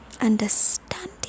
understanding